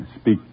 speak